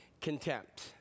contempt